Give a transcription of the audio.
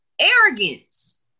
arrogance